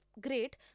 great